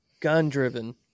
Gun-driven